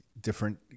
different